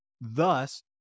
Thus